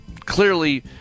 clearly